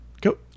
Go